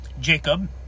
Jacob